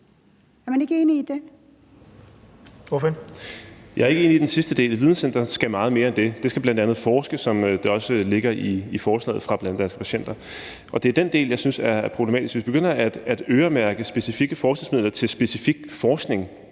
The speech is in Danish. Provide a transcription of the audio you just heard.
Lindgreen (RV): Jeg er ikke enig i den sidste del. Et videncenter skal meget mere end det. Det skal bl.a. forske, som det også ligger i forslaget fra Danske Patienter. Og det er den del, som jeg synes er problematisk. Hvis vi begynder at øremærke specifikke forskningsmidler til specifik forskning,